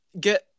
get